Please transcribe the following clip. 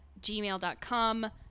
gmail.com